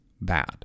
bad